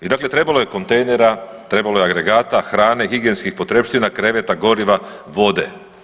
I dakle, trebalo je kontejnera, trebalo je agregata, hrane, higijenskih potrepština, kreveta, goriva, vode.